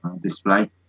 display